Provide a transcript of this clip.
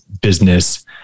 business